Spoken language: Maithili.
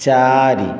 चारि